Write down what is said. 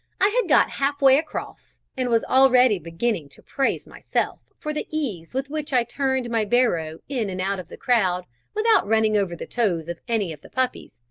i had got half-way across, and was already beginning to praise myself for the ease with which i turned my barrow in and out of the crowd without running over the toes of any of the puppies,